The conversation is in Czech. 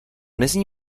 nezní